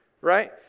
right